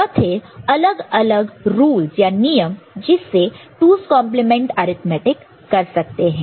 यह थे अलग अलग नियम रूलस rules जिससे 2's complement arithmetic 2's complement arithmeticकर सकते हैं